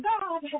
God